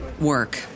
work